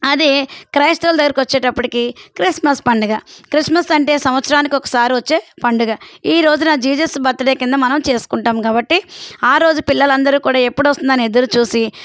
అదే క్రైస్తవులు దగ్గరకి వచ్చేటప్పటికీ క్రిస్మస్ పండగ క్రిస్మస్ అంటే సంవత్సరానికి ఒకసారి వచ్చే పండగ ఈ రోజున జీసస్ బర్త్డే క్రింద మనం చేసుకుంటాము కాబట్టి ఆ రోజు పిల్లలందరూ కూడా ఎప్పుడు వస్తుంది అని ఎదురు చూసి